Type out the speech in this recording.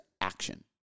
action